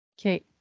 Okay